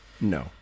No